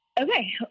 Okay